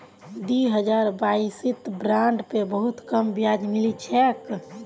दी हजार बाईसत बॉन्ड पे बहुत कम ब्याज मिल छेक